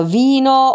vino